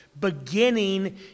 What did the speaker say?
beginning